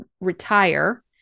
retire